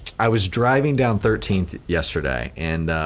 i was driving down thirteenth yesterday and